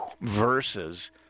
Versus